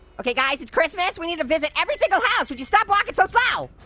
okay guys, it's christmas, we need to visit every single house. would you stop walking so slow?